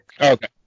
Okay